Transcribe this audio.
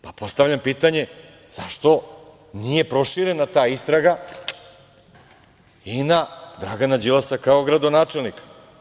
Postavljam pitanje – zašto nije proširena ta istraga i na Dragana Đilasa kao gradonačelnika?